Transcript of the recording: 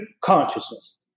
consciousness